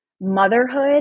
motherhood